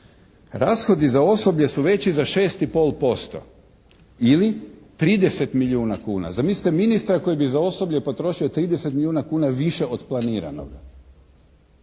Rashodi za osoblje su veći za 6,5 % ili 30 milijuna kuna. Zamislite ministra koji bi za osoblje potrošio 30 milijuna kuna više od planiranoga.